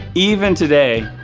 even today,